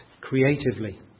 creatively